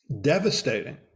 Devastating